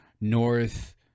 North